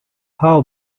how